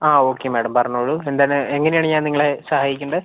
ആ okay madam പറഞ്ഞോളൂ എന്താണ് എങ്ങനെയാണ് ഞാൻ നിങ്ങളെ സഹായിക്കണ്ടേ